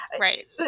Right